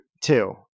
two